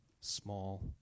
small